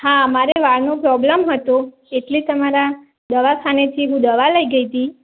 હા મારે વાળનો પ્રોબ્લમ હતો એટલે તમારા દવાખાનેથી હું દવા લઈ ગઈ હતી